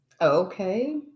Okay